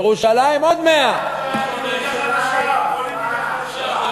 בירושלים עוד 100. פוליטיקה חדשה.